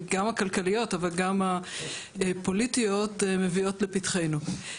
גם הכלכליות אבל גם הפוליטיות מביאות לפתחנו.